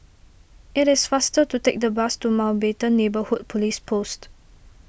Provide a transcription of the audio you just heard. it is faster to take the bus to Mountbatten Neighbourhood Police Post